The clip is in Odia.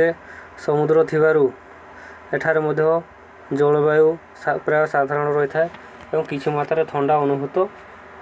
ରେ ସମୁଦ୍ର ଥିବାରୁ ଏଠାରେ ମଧ୍ୟ ଜଳବାୟୁ ପ୍ରାୟ ସାଧାରଣ ରହିଥାଏ ଏବଂ କିଛି ମାତ୍ରାରେ ଥଣ୍ଡା ଅନୁଭୂତ